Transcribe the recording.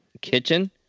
Kitchen